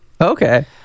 okay